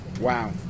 Wow